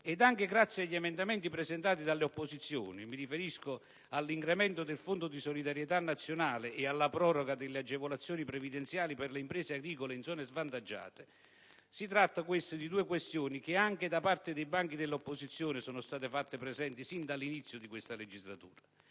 anche grazie agli emendamenti presentati dalle opposizioni: mi riferisco all'incremento del Fondo di solidarietà nazionale e alla proroga delle agevolazioni previdenziali per le imprese agricole in zone svantaggiate; si tratta di due questioni che anche da parte dei banchi dell'opposizione sono state fatte presenti sin dall'inizio di questa legislatura.